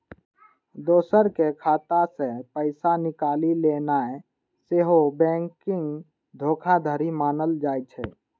दोसरक खाता सं पैसा निकालि लेनाय सेहो बैंकिंग धोखाधड़ी मानल जाइ छै